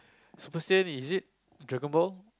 special is it dragon-ball